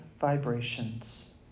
vibrations